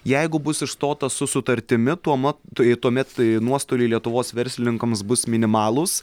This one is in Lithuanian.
jeigu bus išstota su sutartimi tuoma tai tuomet nuostoliai lietuvos verslininkams bus minimalūs